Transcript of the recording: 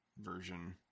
version